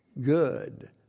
good